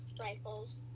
rifles